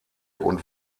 und